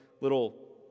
little